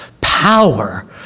power